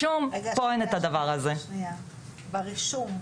דרעי חברת הנהלת תור הזהב פנינה פויפר מנכ"לית